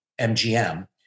MGM